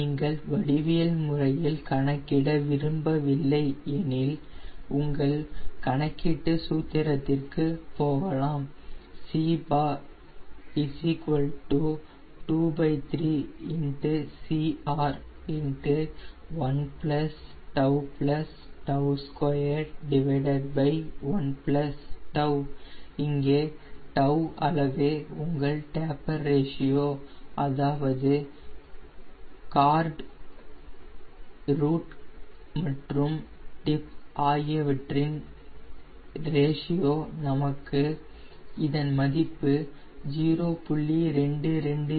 நீங்கள் வடிவியல் முறையில் கணக்கிட விரும்பவில்லை எனில் நீங்கள் கணக்கீட்டு சூத்திரத்திற்கு போகலாம் c ⅔ CR 1 τ τ21 τ இங்கே 𝜏 அளவே உங்கள் டேப்பர் ரேஷியோ அதாவது கார்டு ரூட் மற்றும் டிப் ஆகியவற்றின் ரேஷியோ நமக்கு இதன் மதிப்பு 0